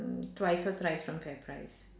uh twice or thrice from fairprice